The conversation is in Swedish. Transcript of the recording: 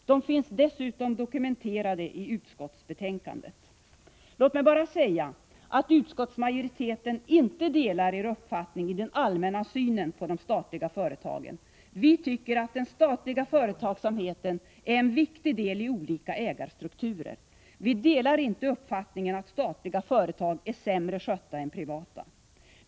De finns dessutom dokumenterade i utskottsbetänkandet. Låt mig bara säga att utskottsmajoriteten inte delar er uppfattning när det gäller den allmänna synen på de statliga företagen. Vi anser att den statliga företagsamheten är en viktig del i olika ägarstrukturer. Vi delar inte uppfattningen att statliga företag är sämre skötta än privata.